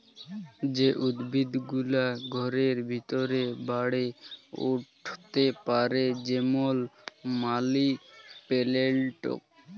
যে উদ্ভিদ গুলা ঘরের ভিতরে বাড়ে উঠ্তে পারে যেমল মালি পেলেলট